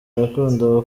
gakondo